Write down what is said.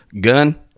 Gun